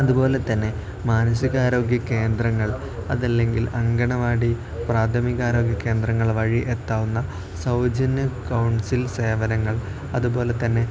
അതുപോലെത്തന്നെ മാനസിക ആരോഗ്യ കേന്ദ്രങ്ങൾ അതല്ലെങ്കിൽ അങ്കണവാടി പ്രാഥമിക ആരോഗ്യ കേന്ദ്രങ്ങൾ വഴി എത്താവുന്ന സൗജന്യ കൗൺസിൽ സേവനങ്ങൾ അതുപോലെത്തന്നെ